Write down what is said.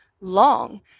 long